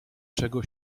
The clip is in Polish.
czego